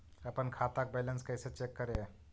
अपन खाता के बैलेंस कैसे चेक करे?